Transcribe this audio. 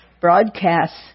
broadcasts